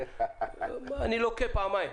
אני לוקה פעמיים.